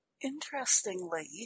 Interestingly